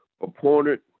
appointed